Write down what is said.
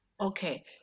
Okay